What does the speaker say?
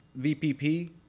VPP